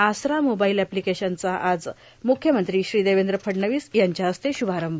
आसरा मोबाईल एप्लीकेशनचा आज मुख्यमंत्री श्री देवेंद्र फडणवीस यांच्या हस्ते शुभारंभ